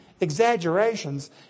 exaggerations